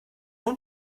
nun